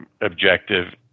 objective